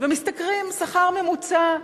ומשתכרים שכר ממוצע,